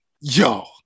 Yo